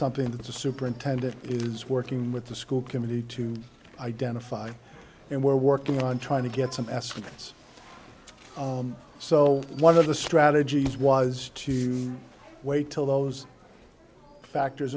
something that the superintendent is working with the school committee to identify and we're working on trying to get some estimates so one of the strategies was to wait till those factors